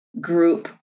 group